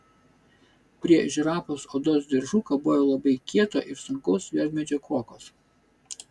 prie žirafos odos diržų kabojo labai kieto ir sunkaus juodmedžio kuokos